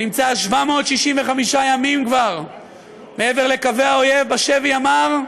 שנמצא כבר 765 ימים מעבר לקווי האויב בשבי המר,